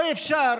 או אפשר